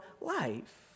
life